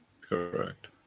Correct